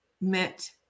meant